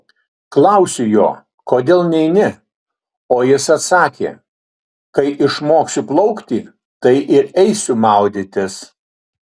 klausiau jo kodėl neini o jis atsakė kai išmoksiu plaukti tai ir eisiu maudytis